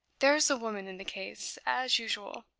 there's a woman in the case, as usual.